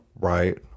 Right